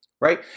right